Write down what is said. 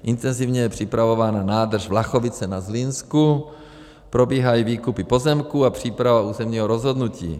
Intenzivně je připravována nádrž Vlachovice na Zlínsku, probíhají výkupy pozemků a příprava územního rozhodnutí.